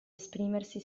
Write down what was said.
esprimersi